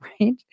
right